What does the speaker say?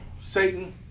Satan